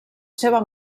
seva